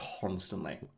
constantly